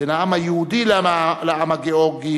בין העם היהודי לעם הגאורגי